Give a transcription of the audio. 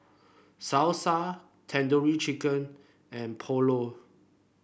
Salsa Tandoori Chicken and Pulao